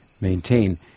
maintain